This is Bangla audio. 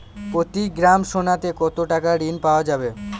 প্রতি গ্রাম সোনাতে কত টাকা ঋণ পাওয়া যাবে?